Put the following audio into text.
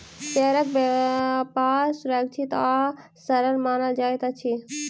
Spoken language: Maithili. शेयरक व्यापार सुरक्षित आ सरल मानल जाइत अछि